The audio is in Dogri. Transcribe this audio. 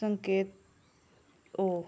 संकेत ओ